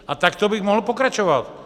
A takto bych mohl pokračovat.